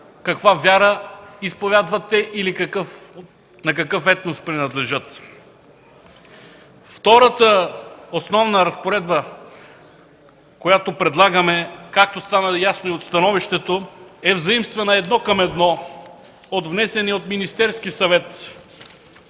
каква вяра изповядват те или на какъв етнос принадлежат. Втората основна разпоредба, която предлагаме, както стана ясно и от становището, е заимствана едно към едно от внесения от Министерския съвет